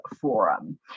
Forum